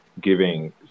giving